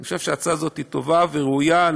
אני חושב שההצעה הזאת טובה וראויה.